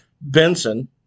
Benson